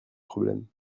problème